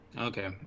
Okay